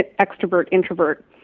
extrovert-introvert